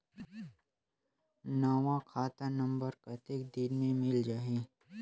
नवा खाता नंबर कतेक दिन मे मिल जाही?